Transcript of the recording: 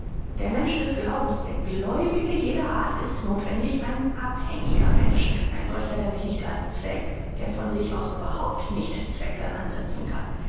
der mensch des glaubens der gläubige jeder art ist nothwendig ein abhängiger mensch ein solcher der sich nicht als zweck der von sich aus überhaupt nicht zwecke ansetzen kann